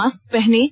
mask पहनें